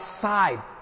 side